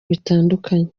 bitandukanye